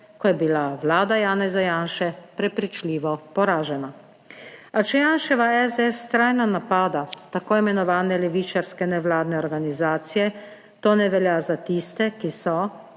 ko je bila vlada Janeza Janše prepričljivo poražena. A če Janševa SDS vztrajno napada t. i. levičarske nevladne organizacije, to ne velja za tiste, ki so,